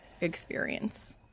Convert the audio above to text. experience